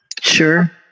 Sure